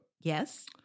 Yes